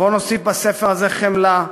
בואו נוסיף בספר הזה חמלה,